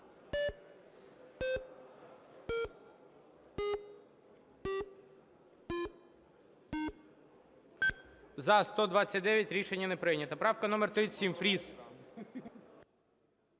За-129 Рішення не прийнято. Правка номер 37, Фріс.